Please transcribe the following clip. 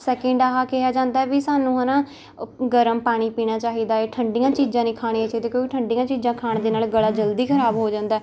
second ਆਹ ਕਿਹਾ ਜਾਂਦਾ ਵੀ ਸਾਨੂੰ ਹੈ ਨਾ ਗਰਮ ਪਾਣੀ ਪੀਣਾ ਚਾਹੀਦਾ ਹੈ ਠੰਡੀਆਂ ਚੀਜ਼ਾਂ ਨਹੀਂ ਖਾਣੀਆਂ ਚਾਹੀਦੀਆਂ ਕਿਉਂਕਿ ਠੰਡੀਆਂ ਚੀਜ਼ਾਂ ਖਾਣ ਦੇ ਨਾਲ ਗਲਾ ਜਲਦੀ ਖਰਾਬ ਹੋ ਜਾਂਦਾ